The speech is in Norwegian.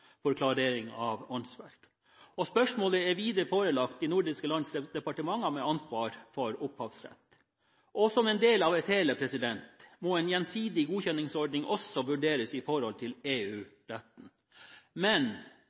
for klarering av åndsverk. Spørsmålet er videre forelagt de nordiske lands departementer med ansvar for opphavsrett. Som en del av et hele må en gjensidig godkjenningsordning også vurderes i forhold til EU-retten. Men